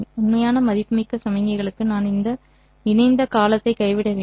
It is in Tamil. உண்மையான மதிப்புமிக்க சமிக்ஞைகளுக்கு நான் இந்த இணைந்த காலத்தை கைவிட வேண்டும்